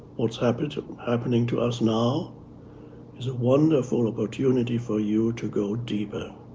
what's happening to happening to us now is a wonderful opportunity for you to go deeper,